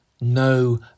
no